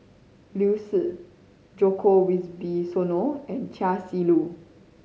Liu Si Djoko Wibisono and Chia Shi Lu